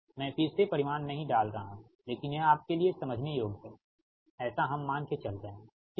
मैं फिर से परिमाण नहीं डाल रहा हूं लेकिन यह आपके लिए समझने योग्य है ऐसा हम मान के चल रहे हैं ठीक है